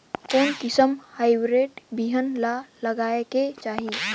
कोन किसम हाईब्रिड बिहान ला लगायेक चाही?